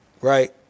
right